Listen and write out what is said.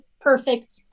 perfect